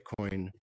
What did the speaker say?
Bitcoin